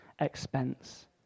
Expense